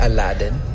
Aladdin